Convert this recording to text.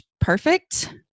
perfect